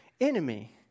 enemy